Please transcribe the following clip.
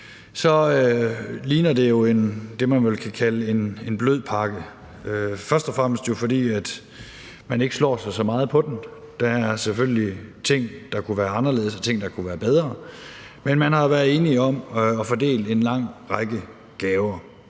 ligner det jo det, man vel kan kalde en blød pakke. Det er først og fremmest, fordi man ikke slår sig så meget på den. Der er selvfølgelig ting, der kunne være anderledes, og ting, der kunne være bedre. Men man har jo været enige om at fordele en lang række gaver.